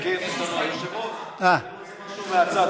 היושב-ראש, אפשר משהו מהצד?